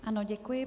Ano, děkuji.